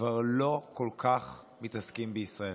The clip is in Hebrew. כבר לא כל כך מתעסקים בישראל.